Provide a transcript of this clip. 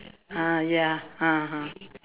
ah ya ah ah